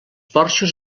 porxos